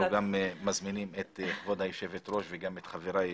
אנחנו מזמינים את כבוד היושבת ראש גם את חבריי